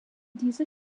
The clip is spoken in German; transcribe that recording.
dieser